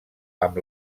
amb